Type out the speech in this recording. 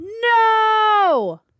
No